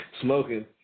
smoking